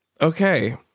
okay